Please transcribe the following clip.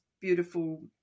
beautiful